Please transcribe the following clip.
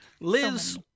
Liz